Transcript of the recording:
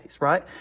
right